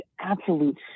absolute